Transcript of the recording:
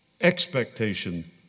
expectation